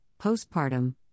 Postpartum